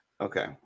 Okay